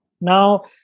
Now